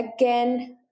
again